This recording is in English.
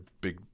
big